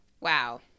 Wow